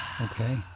Okay